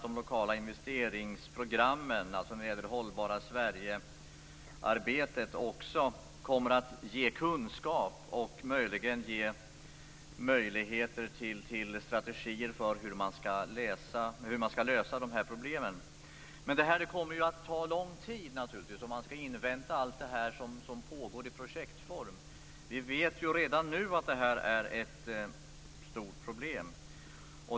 De lokala investeringsprogrammen beträffande arbetet för ett ekologiskt hållbart Sverige kommer också att ge kunskap om och möjligheter till strategier för hur man skall lösa dessa problem. Om man skall invänta allt som pågår i projektform kommer det att ta lång tid. Redan nu är detta ett stort problem.